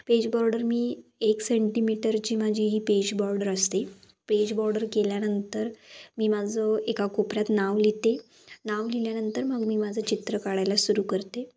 page border मी एक सेंटीमीटरची माझी ही पेज बॉर्डर असते पेज बॉर्डर केल्यानंतर मी माझं एका कोपऱ्यात नाव लिहिते नाव लिहिल्यानंतर मग मी माझं चित्र काढायला सुरू करते